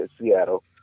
Seattle